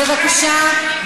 בבקשה.